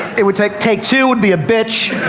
it would take, take two would be a bitch.